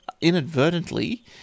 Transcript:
inadvertently